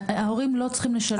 ההורים לא צריכים לשלם.